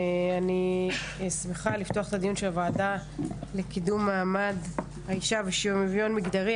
אני שמחה לפתוח את הדיון של הוועדה לקידום מעמד האישה ושוויון מגדרי.